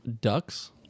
ducks